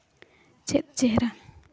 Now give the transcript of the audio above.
ᱪᱮᱫ ᱪᱮᱦᱨᱟ